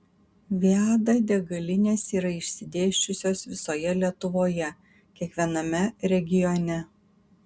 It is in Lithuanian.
viada degalinės yra išsidėsčiusios visoje lietuvoje kiekviename regione